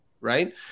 Right